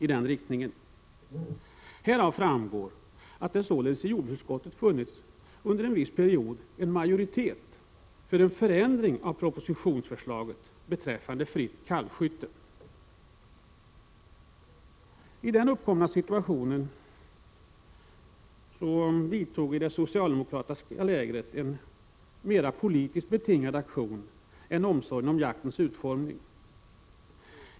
Av detta framgår att det således i jordbruksutskottet under en viss period har funnits majoritet för en förändring av propositionsförslaget beträffande fritt kalvskytte. I den uppkomna situationen vidtog i det socialdemokratiska lägret en mer politiskt betingad aktion än omsorgen om jaktens utformning.